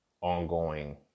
ongoing